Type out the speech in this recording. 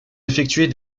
effectuer